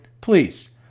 please